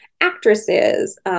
actresses